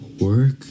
work